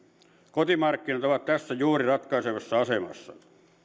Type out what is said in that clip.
kotimarkkinat ovat tässä juuri ratkaisevassa asemassa